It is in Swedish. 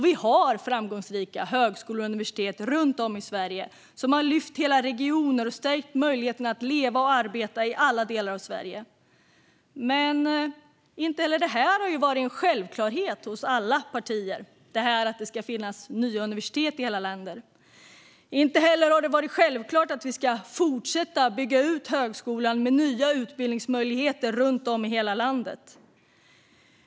Vi har framgångsrika högskolor och universitet runt om i Sverige som har lyft hela regioner och stärkt möjligheten att leva och arbeta i alla delar av Sverige. Det har dock inte varit en självklarhet för alla partier att det ska finnas universitet i hela Sverige. Inte heller har det varit självklart att vi ska fortsätta att bygga ut högskolan med nya utbildningsmöjligheter över hela landet.